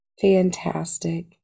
Fantastic